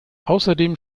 außerdem